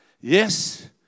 Yes